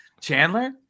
Chandler